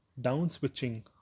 down-switching